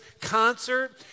concert